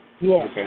Yes